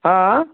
ହଁ